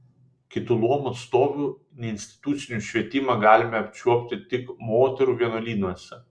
kitų luomų atstovių neinstitucinį švietimą galime apčiuopti tik moterų vienuolynuose